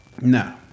No